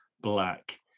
black